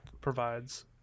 provides